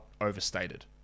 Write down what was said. overstated